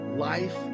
life